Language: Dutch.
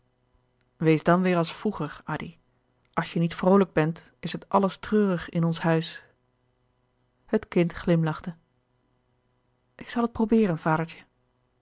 wees dan weêr als vroeger addy als je niet vroolijk bent is het alles treurig in ons huis het kind glimlachte ik zal het probeeren vadertje